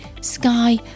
Sky